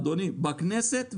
אדוני, בכנסת ובזום.